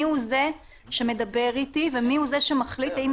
מי הוא זה שמדבר איתי ומי הוא זה שמחליט האם